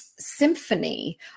symphony